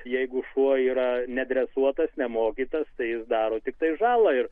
jeigu šuo yra nedresuotas nemokytas tai jis daro tiktai žalą ir